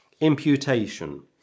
imputation